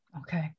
Okay